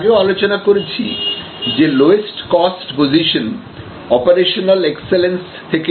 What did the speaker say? আমরা আগেও আলোচনা করেছি যে lowest cost position operational excellence থেকে আসে